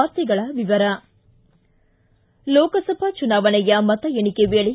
ವಾರ್ತೆಗಳ ವಿವರ ಲೋಕಸಭಾ ಚುನಾವಣೆಯ ಮತ ಎಣಿಕೆ ವೇಳೆ